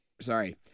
Sorry